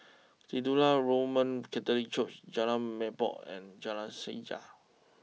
Titular Roman Catholic Church Jalan Merbok and Jalan Sajak